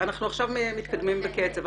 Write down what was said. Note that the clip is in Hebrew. עכשיו מתקדמים בקצב.